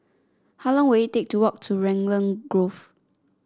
how long will it take to walk to Raglan Grove